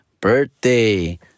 birthday